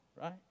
right